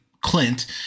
Clint